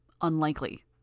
Unlikely